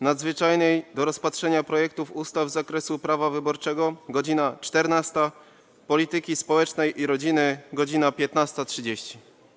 Nadzwyczajnej do rozpatrzenia projektów ustaw z zakresu prawa wyborczego - godz. 14, - Polityki Społecznej i Rodziny - godz. 15.30.